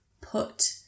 put